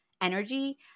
energy